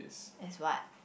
as what